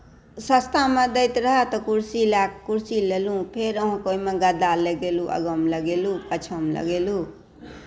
सस्तामे दैत रहै तऽ कुर्सी लए कुर्सी लेलहुँ कुर्सी लए कऽ फेर अहाँके ओहिमे गदा लगेलहुँ आगाँमे लगेलहुँ पाछाँमे लगेलहुँ